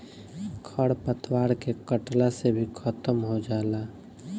खर पतवार के कटला से भी खत्म हो जाला